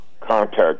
contact